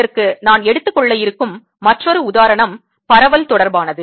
இதற்கு நான் எடுத்துக் கொள்ள இருக்கும் மற்றொரு உதாரணம் பரவல் தொடர்பானது